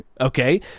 Okay